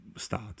start